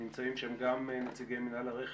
נמצאים גם נציגי מינהל הרכש,